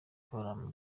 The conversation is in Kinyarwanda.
forum